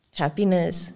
happiness